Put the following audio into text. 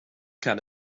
can